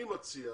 אני מציע